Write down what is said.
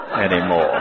anymore